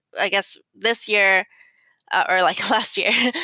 i guess, this year or like last year,